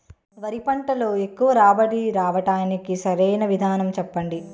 వరి పంటలో ఎక్కువ రాబడి రావటానికి సరైన విధానం చెప్పండి?